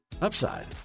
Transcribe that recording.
upside